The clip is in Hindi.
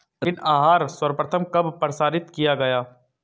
ऋण आहार सर्वप्रथम कब प्रसारित किया गया?